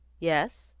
yes?